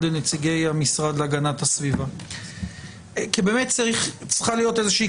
לנציגי המשרד להגנת הסביבה כי צריכה להיות איזו שהיא